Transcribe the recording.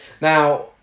Now